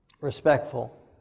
Respectful